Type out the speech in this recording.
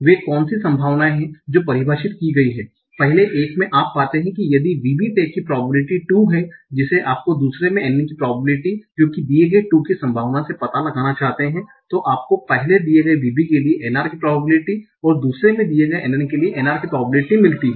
वे कौन सी संभावनाएं हैं जो परिभाषित की गई हैं पहले एक में आप पाते हैं कि यदि VB टैग की प्रोबेबिलिटी To हैं जिसे आपको दूसरे में NN की प्रोबेबिलिटी जो कि दिए गए 'To' की संभावना से पता लगाना चाहते हैं तो आपको पहले दिए गए VB के लिए NR की प्रोबेबिलिटी और दूसरे में दिए गए NN के लिए NR की प्रोबेबिलिटी मिलती हैं